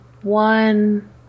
one